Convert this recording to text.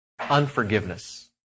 unforgiveness